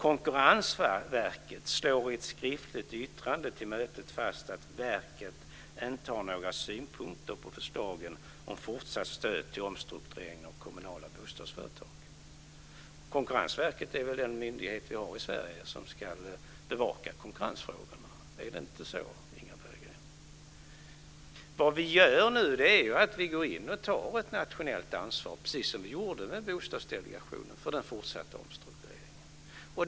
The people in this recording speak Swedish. Konkurrensverket slår i ett skriftligt yttrande till mötet fast att verket inte har några synpunkter på förslagen om fortsatt stöd till omstruktureringen av kommunala bostadsföretag. Konkurrensverket är väl den myndighet vi har i Sverige som ska bevaka konkurrensfrågorna. Är det inte så, Inga Berggren? Nu går vi in och tar ett nationellt ansvar, precis som vi gjorde med Bostadsdelegationen för den fortsatta omstruktureringen.